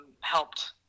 helped